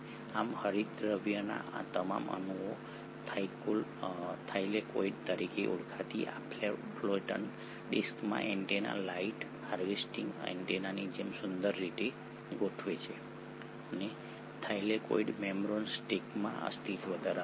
આમ હરિતદ્રવ્યના આ તમામ અણુઓ થાઇલેકોઇડ તરીકે ઓળખાતી આ ફ્લેટન ડિસ્કમાં એન્ટેના લાઇટ હાર્વેસ્ટિંગ એન્ટેનાની જેમ સુંદર રીતે ગોઠવે છે અને થાઇલેકોઇડ મેમ્બ્રેન સ્ટેકમાં અસ્તિત્વ ધરાવે છે